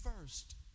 first